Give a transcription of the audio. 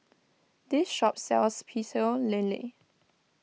this shop sells Pecel Lele